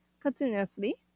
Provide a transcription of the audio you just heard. continuously